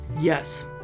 yes